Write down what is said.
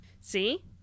See